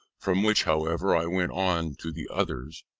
from which, however, i went on to the others.